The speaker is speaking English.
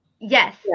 Yes